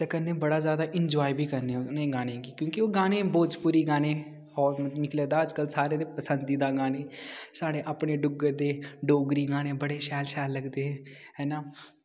ते कन्नै बड़ा ज्यादा एंजाय बी करने आं उ'नें गाने गी क्योंकि ओह् गाने भोजपुरी गाने हाट मिगी अज्जकल सारें दे पसंदीदा गाने साढ़े अपने डुग्गर दे डोगरी गाने बड़े शैल शैल लगदे ऐ ना